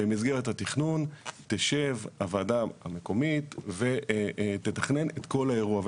במסגרת התכנון תשב הוועדה המקומית ותתכנן את כל האירוע.